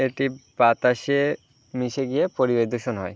এটি বাতাসে মিশে গিয়ে পরিবেশ দূষণ হয়